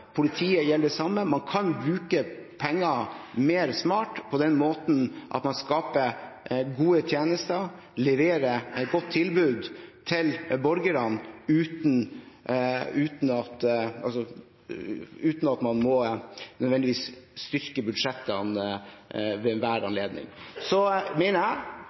politiet: Man kan bruke pengene mer smart, på en måte som skaper gode tjenester og leverer et godt tilbud til borgerne, uten at man nødvendigvis må styrke budsjettene ved enhver anledning. Så